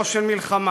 לא של מלחמה.